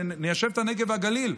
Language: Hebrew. ניישב את הנגב והגליל.